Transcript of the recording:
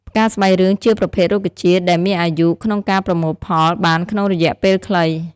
ផ្កាស្បៃរឿងជាប្រភេទរុក្ខជាតិដែលមានអាយុក្នុងការប្រមូលផលបានក្នុងរយៈពេលខ្លី។